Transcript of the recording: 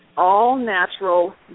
all-natural